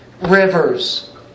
rivers